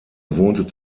wohnte